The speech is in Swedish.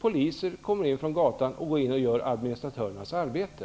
Poliser kommer in från gatan och gör administratörernas arbete.